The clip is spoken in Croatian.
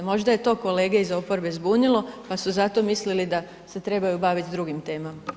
Možda je to kolege iz oporbe zbunilo pa su zato mislili da se trebaju baviti s drugim temama.